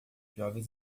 jovens